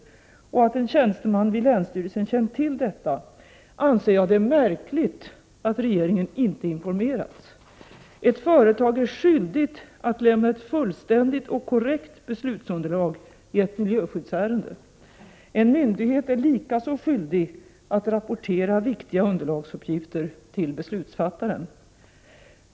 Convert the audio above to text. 1988/89:26 tjänsteman vid länsstyrelsen känt till detta, anser jag det märkligt att 17 november 1988 regeringen inte informerats. Ett företag är skyldigt att lämna ett fullständigt. 742 och korrekt beslutsunderlag i ett miljöskyddsärende. En myndighet är likaså skyldig att rapportera viktiga underlagsuppgifter till beslutsfattaren.